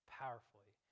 powerfully